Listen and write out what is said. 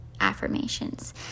affirmations